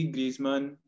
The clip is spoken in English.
Griezmann